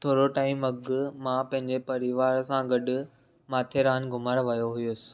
थोरो टाइम अॻु मां पंहिंजे परिवार सां गॾु माथेरान घुमण वियो हुअसि